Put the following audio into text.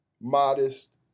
modest